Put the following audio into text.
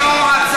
ביבי לא רצה.